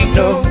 no